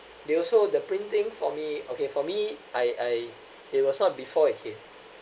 there's also the printing for me okay for me I I it was not before it came